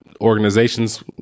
organizations